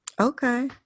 Okay